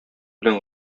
белән